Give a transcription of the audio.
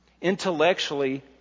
intellectually